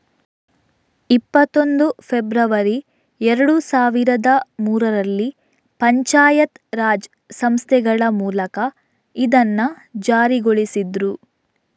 ಇಪ್ಪತ್ತೊಂದು ಫೆಬ್ರವರಿ ಎರಡು ಸಾವಿರದ ಮೂರರಲ್ಲಿ ಪಂಚಾಯತ್ ರಾಜ್ ಸಂಸ್ಥೆಗಳ ಮೂಲಕ ಇದನ್ನ ಜಾರಿಗೊಳಿಸಿದ್ರು